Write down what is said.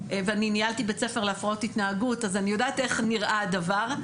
ואני ניהלתי בית ספר להפרעות התנהגות אז אני יודעת איך נראה הדבר,